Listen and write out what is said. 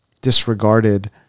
disregarded